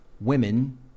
women